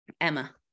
Emma